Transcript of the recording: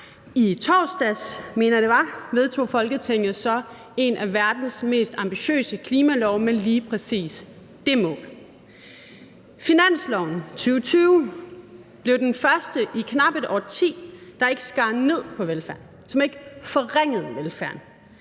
det var, vedtog Folketinget så en af verdens mest ambitiøse klimalove med lige præcis det mål. Finansloven for 2020 blev den første i knap et årti, der ikke skar ned på velfærden, og som ikke forringede velfærden.